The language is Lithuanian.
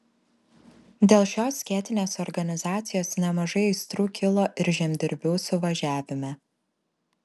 dėl šios skėtinės organizacijos nemažai aistrų kilo ir žemdirbių suvažiavime